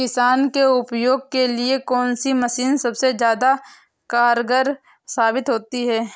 किसान के उपयोग के लिए कौन सी मशीन सबसे ज्यादा कारगर साबित होती है?